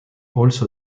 also